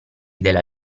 della